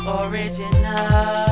original